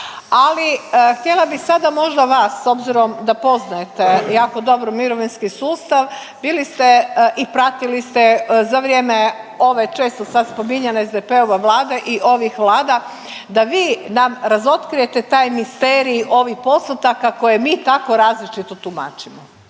Ali, htjela bih sada možda vas, s obzirom da poznajete jako dobro mirovinski sustav, bili ste i pratili ste za vrijeme ove, često sad spominjane SDP-ove vlade i ovih vlada, da vi nam razotkrijete taj misterij ovih postotaka koje mi tako različito tumačimo.